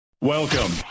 Welcome